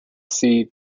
sea